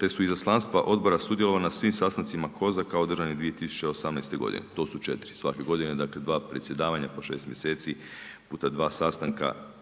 te su izaslanstva odbora sudjelovala na svim sastancima COSAC-a održanih 2018. godine, to su 4 svake godine, dakle 2 predsjedavanja po 6 mjeseci puta 2 sastanka, 4 svake